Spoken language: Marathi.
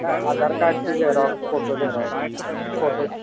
काय आधार कार्डची जेरोक फोटो जरोक फोटोची